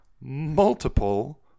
multiple